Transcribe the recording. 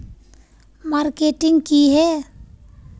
Marketing की है?